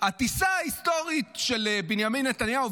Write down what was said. של בנימין נתניהו.